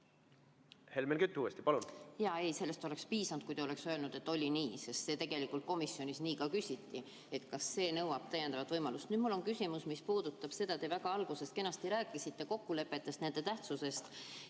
Helmen Kütt uuesti, palun!